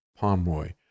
Pomroy